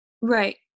Right